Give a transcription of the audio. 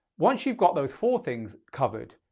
once you've got those four things covered,